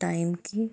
టైంకి